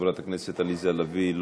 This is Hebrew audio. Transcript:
חברת הכנסת עליזה לביא,